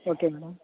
okay madam